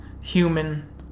human